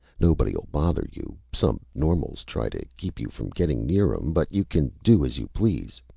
nobody'll bother you. some normals try to keep you from getting near'em, but you can do as you please.